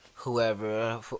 Whoever